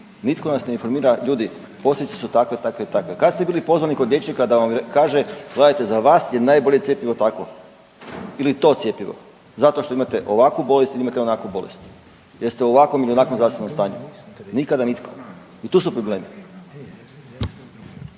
Nitko nas ne informira ljudi posljedice su takve, takve i takve. Kad ste bili pozvani kod liječnika da vam kaže gledajte za vas je najbolje cjepivo takvo ili to cjepivo zato što imate ovakvu bolest, imate onakvu bolest, jer ste u ovakvom ili onakvom zdravstvenom stanju. Nikada nitko i tu su problemi.